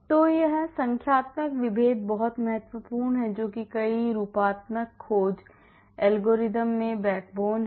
तो यह संख्यात्मक विभेद बहुत महत्वपूर्ण है जो कि कई रूपात्मक खोज एल्गोरिदम में backbone है